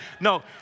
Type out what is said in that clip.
No